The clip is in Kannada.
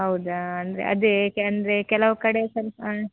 ಹೌದಾ ಅಂದರೆ ಅದೇ ಅಂದರೆ ಕೆಲವು ಕಡೆ ಸ್ವಲ್ಪ